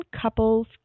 couples